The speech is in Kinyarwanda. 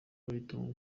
bahitamo